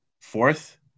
fourth